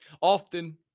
often